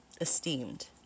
esteemed